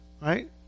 right